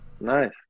Nice